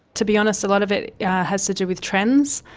to be honest, a lot of it has to do with trends.